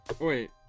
Wait